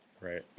Right